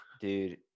Dude